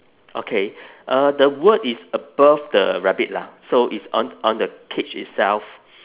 okay uh the word is above the rabbit lah so it's on on the cage itself